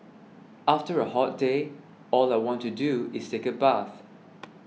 after a hot day all I want to do is take a bath